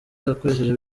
akoresheje